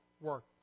work